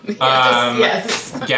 yes